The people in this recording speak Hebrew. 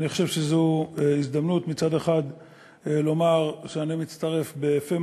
אני חושב שזו הזדמנות לומר שאני מצטרף בפה